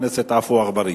חבר הכנסת עפו אגבאריה.